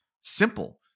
simple